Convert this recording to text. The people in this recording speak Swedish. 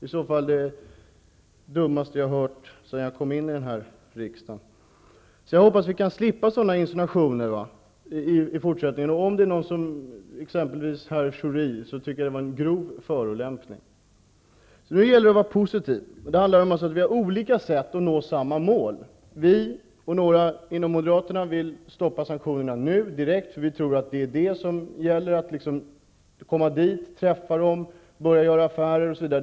I så fall är det det dummaste jag hört sedan jag kom till riksdagen. Jag hoppas att vi kan slippa sådana insinuationer i fortsättningen. Det var, Pierre Schori, en grov förolämpning. Nu gäller det att vara positiv. Vi har olika sätt att nå samma mål. Vi och några inom Moderaterna vill häva sanktionerna nu direkt. Vi tror att det gäller att åka dit, träffa sydafrikaner och börja göra affärer med dem.